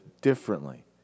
differently